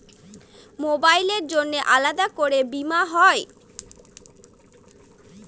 মোবাইলের জন্য আলাদা করে বীমা হয়?